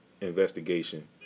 investigation